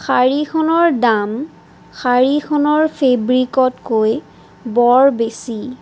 শাৰীখনৰ দাম শাৰীখনৰ ফেব্ৰিকতকৈ বৰ বেছি